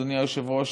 אדוני היושב-ראש,